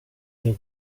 other